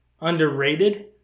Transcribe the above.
underrated